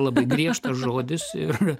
labai griežtas žodis ir